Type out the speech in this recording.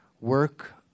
work